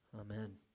Amen